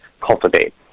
cultivate